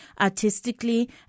artistically